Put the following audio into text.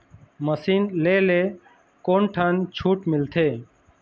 Machine ले ले कोन ठन छूट मिलथे?